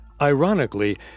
Ironically